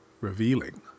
revealing